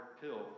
pill